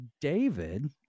David